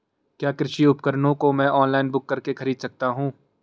क्या कृषि उपकरणों को मैं ऑनलाइन बुक करके खरीद सकता हूँ?